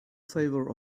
favor